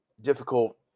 difficult